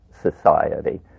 society